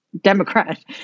Democrat